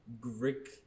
Greek